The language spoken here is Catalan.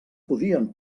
podien